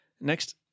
Next